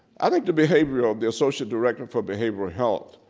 i think the behavioral, the associate director for behavioral health,